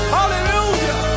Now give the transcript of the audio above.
Hallelujah